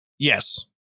Yes